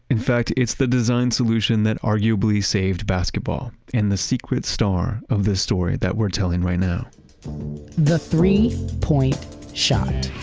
in fact, it's the design solution that arguably saved basketball. the secret star of this story that we're telling right now the three point shot